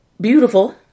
beautiful